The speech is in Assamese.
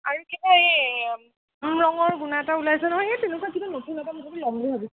আৰু কিবা এই ৰঙৰ গুণা এটা ওলাইছে নহয় সেই তেনেকুৱা কিবা নতুন এটা মুঠতে ল'ম বুলি ভাবিছোঁ